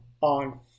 on